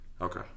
Okay